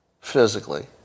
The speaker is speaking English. physically